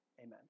amen